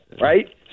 right